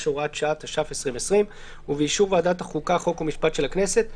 (הוראת שעה) התש"ף-2020 ובאישור ועדת החוקה חוק ומשפט של הכנסת,